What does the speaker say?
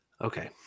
Okay